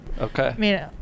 Okay